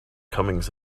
comings